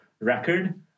record